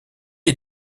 est